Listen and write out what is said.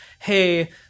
hey